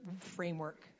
framework